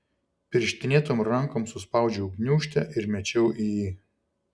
pirštinėtom rankom suspaudžiau gniūžtę ir mečiau į jį